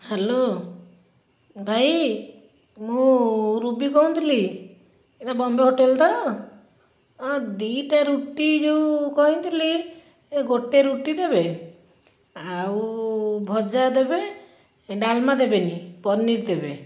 hello ଭାଇ ମୁଁ Ruby କହୁଥଲି ଏଇଟା ବମ୍ବେ ହୋଟେଲ୍ ତ ଦୁଇଟା ରୁଟି ଯେଉଁ କହିଥିଲି ସେ ଗୋଟେ ରୁଟି ଦେବେ ଆଉ ଭଜା ଦେବେ ଏ ଡାଲମା ଦେବେନି ପନିର୍ ଦେବେ